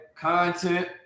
content